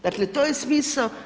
Dakle to je smisao.